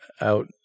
out